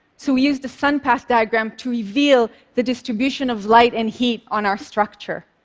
so we used a sun path diagram to reveal the distribution of light and heat on our structure.